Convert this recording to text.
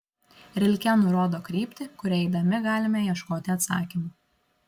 rilke nurodo kryptį kuria eidami galime ieškoti atsakymo